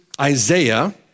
Isaiah